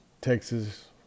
Texas